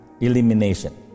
elimination